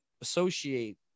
associate